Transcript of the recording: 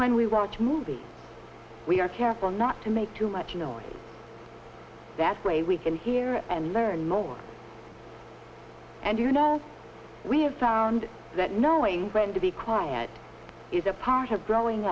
when we watch movies we are careful not to make too much noise that way we can hear and learn more and you know we have found that knowing when to be quiet is a part of growing